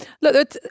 look